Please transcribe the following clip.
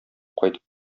кайтып